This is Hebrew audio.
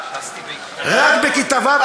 רק בכיתה ו'.